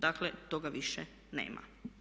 Dakle, toga više nema.